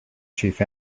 chief